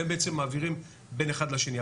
והם בעצם מעבירים בין אחד לשני.